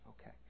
Okay